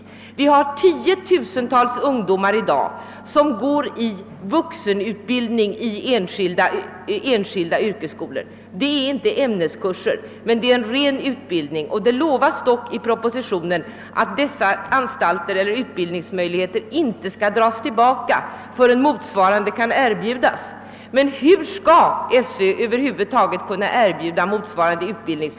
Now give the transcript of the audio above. Det finns i dag tiotusentals ungdomar som deltar i vuxenutbildning i enskilda yrkesskolor. Det är inte ämneskurser utan ren utbildning. Det utlovas i propositionen att dessa utbildningsmöjligheter inte skall dras in förrän något motsvarande kan erbjudas. Men hur skall Sö kunna erbjuda motsvarande utbildning?